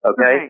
Okay